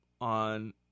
on